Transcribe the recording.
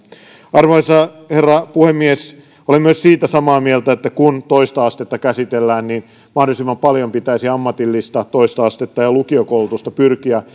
arvoisa herra puhemies olen myös siitä samaa mieltä että kun toista astetta käsitellään niin mahdollisimman paljon pitäisi ammatillista toista astetta ja lukiokoulutusta pyrkiä